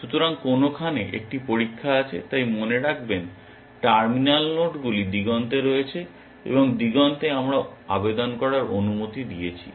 সুতরাং কোনোখানে একটি পরীক্ষা আছে তাই মনে রাখবেন টার্মিনাল নোডগুলি দিগন্তে রয়েছে এবং দিগন্তে আমরা আবেদন করার অনুমতি দিয়েছি